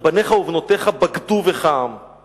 "בניך ובנותיך בגדו בך, עם!